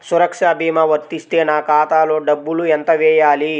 సురక్ష భీమా వర్తిస్తే నా ఖాతాలో డబ్బులు ఎంత వేయాలి?